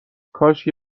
کاشکی